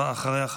ואחריה,